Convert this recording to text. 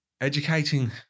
Educating